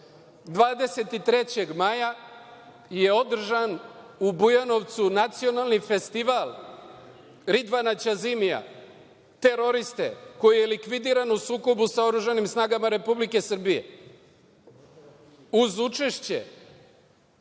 23. maja održan Nacionalni festival Ridvana Ćazimija, koji je likvidiran u sukobu sa oružanim snagama Republike Srbije, uz učešće